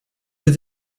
good